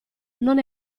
non